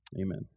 amen